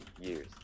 years